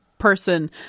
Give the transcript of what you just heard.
person